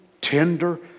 tender